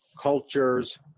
cultures